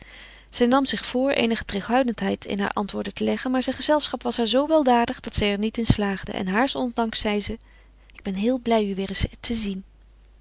zij nam zich voor eenige terughoudendheid in hare antwoorden te leggen maar zijn gezelschap was haar zoo weldadig dat zij er niet in slaagde en haars ondanks zeide zij ik ben heel blij u weêr eens te zien